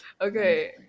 Okay